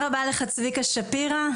צביקה שפירא.